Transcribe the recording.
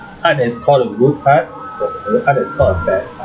art has got a good art cause art has got a bad art